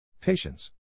Patience